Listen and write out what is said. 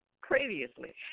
previously